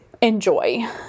enjoy